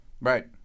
Right